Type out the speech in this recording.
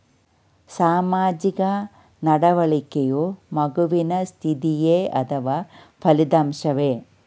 ಸಾಮಾಜಿಕ ನಡವಳಿಕೆಯು ಮಗುವಿನ ಸ್ಥಿತಿಯೇ ಅಥವಾ ಫಲಿತಾಂಶವೇ?